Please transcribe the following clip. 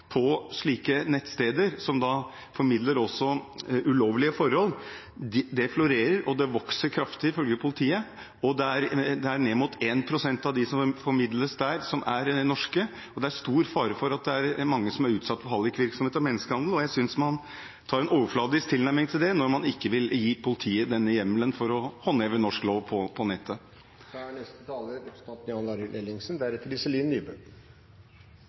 på slike nettsteder som også formidler ulovlige forhold, florerer og vokser kraftig, ifølge politiet, og det er ned mot 1 pst. av dem som formidles der, som er norske. Det er stor fare for at det er mange som er utsatt for hallikvirksomhet og menneskehandel, og jeg synes man har en overfladisk tilnærming til det når man ikke vil gi politiet denne hjemmelen for å håndheve norsk lov på nettet. Etter å ha hørt på Stortingets «oppklarende» debatt kan man jo si at Stortingets evne til å være oppklarende, er